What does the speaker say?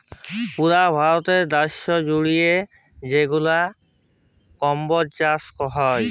পুরা ভারত দ্যাশ জুইড়ে যেগলা কম্বজ চাষ হ্যয়